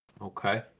Okay